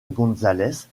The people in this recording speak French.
gonzález